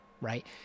right